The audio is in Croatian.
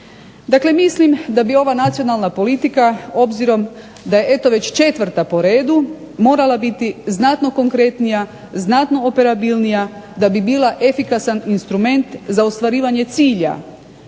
Dakle mislim da bi ova nacionalna politika obzirom da je eto već četvrta po redu, morala biti znatno konkretnija, znatno operabilnija da bi bila efikasan instrument za ostvarivanje cilja,